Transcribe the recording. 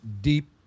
deep